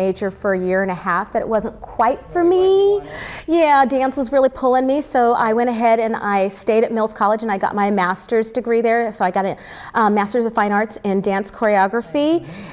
major for a year and a half that wasn't quite for me yeah dance was really pulling me so i went ahead and i stayed at mills college and i got my masters degree there so i got a message the fine arts and dance choreography